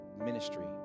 ministry